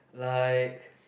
like